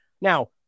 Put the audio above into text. now